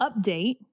update